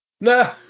no